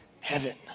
heaven